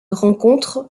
rencontre